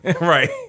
Right